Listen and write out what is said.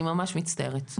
אני מצטערת.